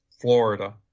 Florida